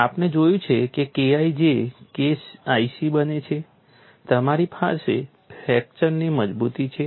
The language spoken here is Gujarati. આપણે જોયું છે કે KI જે K IC બને છે તમારી પાસે ફ્રેક્ચરની મજબૂતી છે